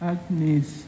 Agnes